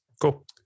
Cool